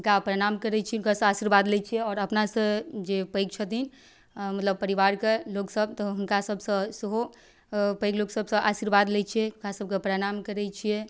हुनका प्रणाम करै छियै हुनकासँ आशीर्वाद लै छियै आओर अपनासँ जे पैघ छथिन मतलब परिवारके लोकसब तऽ हुनका सबसँ सेहो पैघ लोक सबसँ आशीर्वाद लै छियै हुनका सबके प्रणाम करै छियै